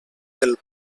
del